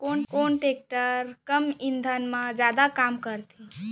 कोन टेकटर कम ईंधन मा जादा काम करथे?